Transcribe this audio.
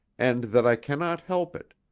and that i cannot help it,